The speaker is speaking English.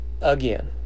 again